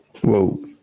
Whoa